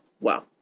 wow